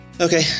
Okay